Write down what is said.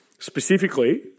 specifically